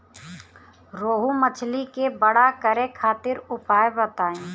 रोहु मछली के बड़ा करे खातिर उपाय बताईं?